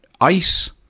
ice